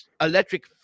electric